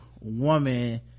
woman